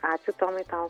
ačiū tomai tau